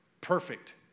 perfect